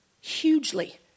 hugely